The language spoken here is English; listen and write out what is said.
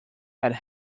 had